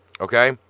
Okay